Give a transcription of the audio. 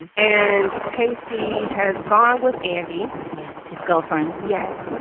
and pacey has gone with andy. yes. his girlfriend. yes.